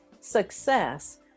success